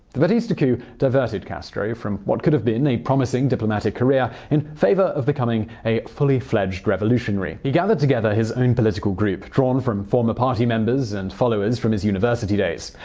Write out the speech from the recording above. the batista coup diverted castro from what could have been a promising diplomatic career in favor of becoming a fully fledged revolutionary. he gathered together his own political group, drawn from former people's party members and followers from his university days.